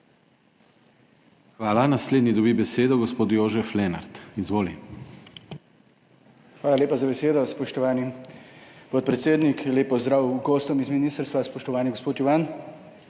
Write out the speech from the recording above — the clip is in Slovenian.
Hvala. Naslednji dobi besedo gospod Jožef Lenart. Izvoli. **JOŽEF LENART (PS SDS):** Hvala lepa za besedo, spoštovani podpredsednik. Lep pozdrav gostom iz ministrstva, spoštovani gospod Juvan,